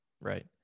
Right